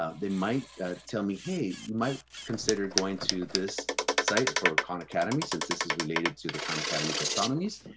ah they might tell me, hey, you might consider going to this site for ah khan academy since this is related to the khan academy taxonomies,